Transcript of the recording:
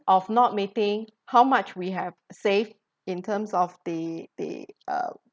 of not meeting how much we have saved in terms of the the um